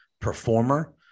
performer